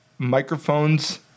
microphones